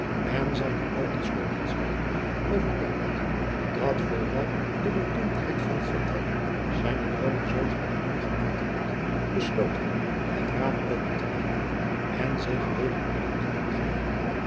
en zijne oogen sloten zich overtuigd dat vooral de bedomptheid van het vertrek zijne droomen zoo zwaarmoedig gemaakt had besloot hij het raam open te laten en zich weder in het bed te begeven